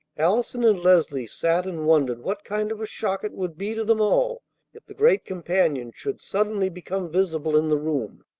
allison and leslie sat and wondered what kind of a shock it would be to them all if the great companion should suddenly become visible in the room.